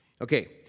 Okay